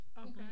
Okay